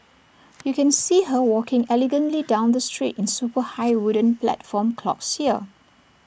you can see her walking elegantly down the street in super high wooden platform clogs here